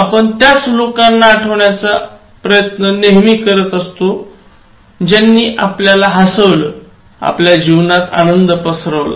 आपण त्याच लोकांनां आठवण्याचा प्रयत्न नेहमी करत असतो ज्यांनी आपल्याला हसवलं आपल्या जीवनात आनंद पसरवला